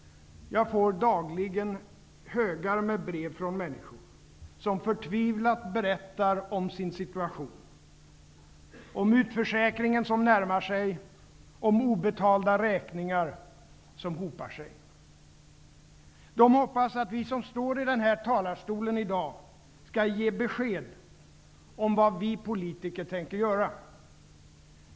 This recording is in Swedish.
Jag får dagligen högar med brev från människor som förtvivlat berättar om sin situation, om utförsäkringen som närmar sig, om obetalda räkningar som hopar sig. De hoppas att vi som står i den här talarstolen i dag skall ge besked om vad vi politiker tänker göra.